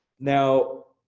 now,